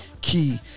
Key